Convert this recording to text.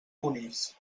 conills